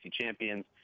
Champions